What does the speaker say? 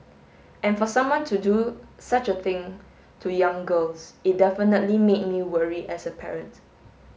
and for someone to do such a thing to young girls it definitely made me worry as a parent